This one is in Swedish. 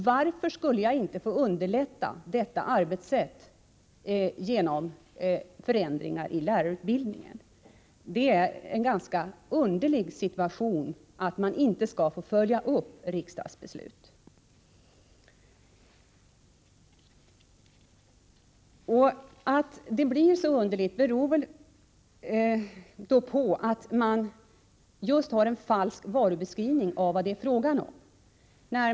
Varför skulle jag inte få underlätta detta arbetssätt genom förändringar i lärarutbildningen? Det är en ganska underlig situation att man inte skall få följa upp riksdagsbeslut. Att det blir så underligt beror på att man ger en falsk varubeteckning när det gäller vad det är fråga om.